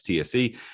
tse